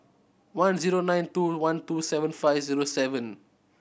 one zero nine two one two seven five zero seven